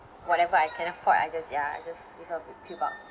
whatever I can afford I just ya I just leave her with few bucks